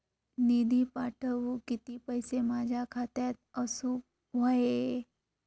निधी पाठवुक किती पैशे माझ्या खात्यात असुक व्हाये?